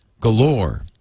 galore